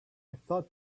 thought